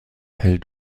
hell